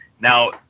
Now